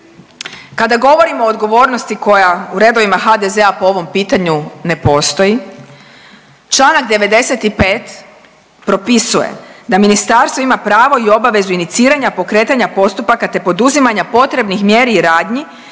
Kada govorimo o odgovornosti koja u redovima HDZ-a po ovom pitanju ne postoji, čl. 95 propisuje da Ministarstvo ima pravo i obavezu iniciranja, pokretanja postupaka te poduzimanja potrebnih mjeri i radnji